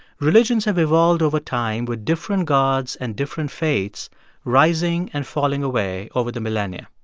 religions have evolved over time with different gods and different faiths rising and falling away over the millennia.